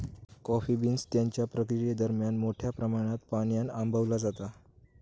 coffee beans त्यांच्या प्रक्रियेदरम्यान मोठ्या प्रमाणात पाण्यान आंबवला जाता